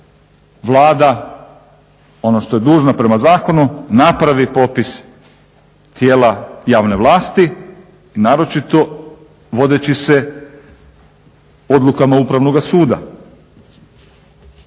Vlada ono što je dužna prema zakonu, napravi popis tijela javne vlasti, naročito vodeći se odlukama Upravnoga suda.